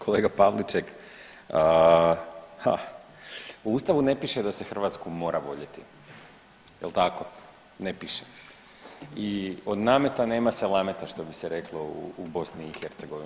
Kolega Pavliček, ha u Ustavu ne piše da se Hrvatsku mora voljeti jel tako, ne piše i od nameta nema salameta što bi se reklo u BiH.